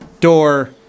door